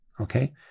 okay